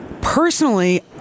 Personally